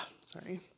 sorry